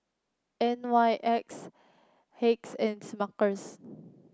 N Y X Hacks and Smuckers